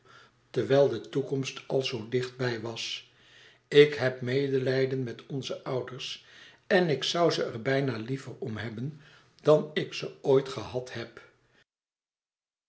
terwijl de toekomst al zoo dicht bij was ik heb medelijden met onze ouders en ik zoû ze er bijna liever om hebben dan ik ze ooit gehad heb